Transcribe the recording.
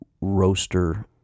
roaster